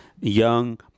young